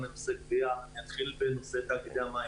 אני אתחיל בהתייחסות לנושא תאגידי המים: